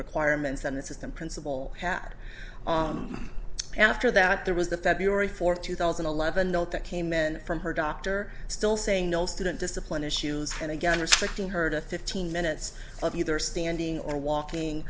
requirements and the system principal had after that there was the february fourth two thousand and eleven note that came in from her doctor still saying no student discipline issues and again restricting her to fifteen minutes of either standing or walking